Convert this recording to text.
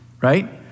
Right